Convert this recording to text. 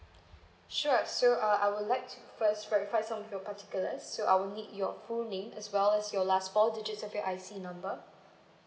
sure so uh I would like to first verifies some of your particulars so I will need your full name as well as your last four digits of your I_C number